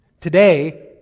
Today